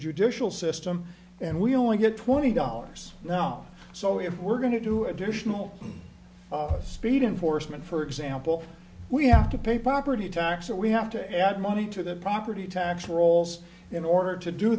judicial system and we only get twenty dollars now so if we're going to do additional speed enforcement for example we have to pay property tax and we have to add money to the property tax rolls in order to do